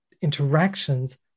interactions